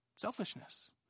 selfishness